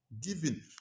giving